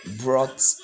brought